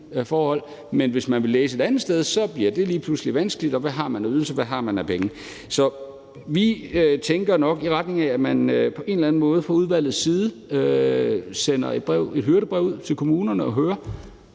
kollegium, men hvis man vil læse et andet sted, bliver det lige pludselig vanskeligt, og hvad har man af ydelser, hvad har man af penge? Så vi tænker nok noget i retning af, at man på en eller anden måde fra udvalgets side sender et hyrdebrev ud til kommunerne for at høre,